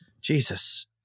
Jesus